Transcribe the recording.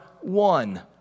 one